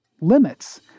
limits